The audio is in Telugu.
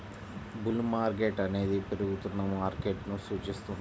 బుల్ మార్కెట్ అనేది పెరుగుతున్న మార్కెట్ను సూచిస్తుంది